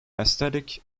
aesthetic